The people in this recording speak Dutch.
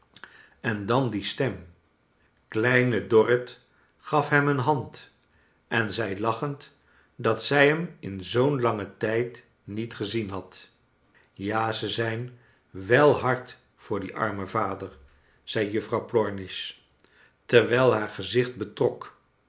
eix dan die stem kleine dorrit gaf hem een hand en zei lachend dat zij hem in zoo'n langen trjd niet gezien had ja ze zijn wel hard voor dien armen vader zei juffrouw plornish terwijl haar gezicht betrok